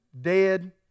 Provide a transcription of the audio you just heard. dead